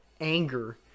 anger